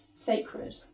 sacred